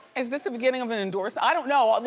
is this the beginning of an endorsement? i don't know.